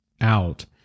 out